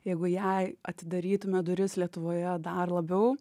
jeigu jai atidarytume duris lietuvoje dar labiau